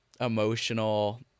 emotional